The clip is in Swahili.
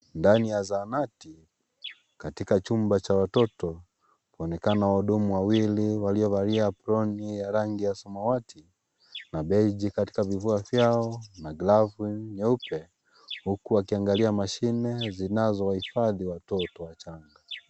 Ndani ya zahanati, katika chumba cha watoto, wanaonekana wahudumu wawili waliovalia aproni ya rangi ya samawati na baji katika vifua vyao na glovu nyeupe, huku wakiangalia mashine zinazohifadhi watoto wachanga.